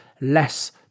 less